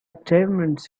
achievements